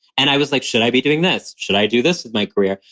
and i was like, should i be doing this? should i do this with my career?